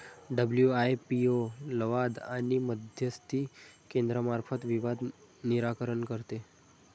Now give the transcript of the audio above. WIPO लवाद आणि मध्यस्थी केंद्रामार्फत विवाद निराकरण करते